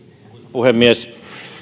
puhemies